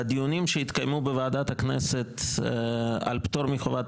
בדיונים שהתקיימו בוועדת הכנסת על פטור מחובת